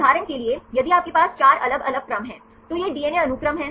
उदाहरण के लिए यदि आपके पास 4 अलग अलग क्रम हैं तो यह डीएनए अनुक्रम है